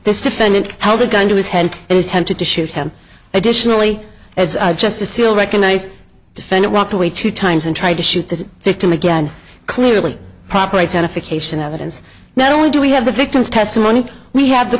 this defendant how the gun to his head and attempted to shoot him additionally as just a seal recognized defendant walked away two times and tried to shoot the victim again clearly proper identification evidence not only do we have the victim's testimony we have the